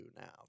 now